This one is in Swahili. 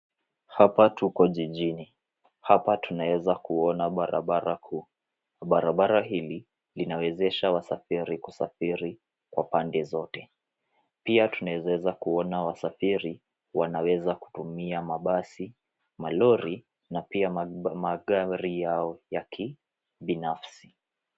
Hapa tuko jijini, hapa tunaeza kuona barabara kuu, barabara hili linaweshesha wasafiri kusafiri kwa pande zote pia tunaeza kuona wasafiri wanaweza kutumia kutumia mabasi, malori na pia magari yao kibinafsi.